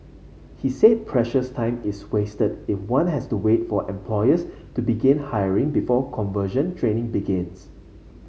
he said precious time is wasted if one has to wait for employers to begin hiring before conversion training begins